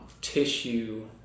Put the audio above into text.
tissue